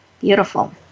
Beautiful